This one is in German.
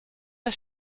der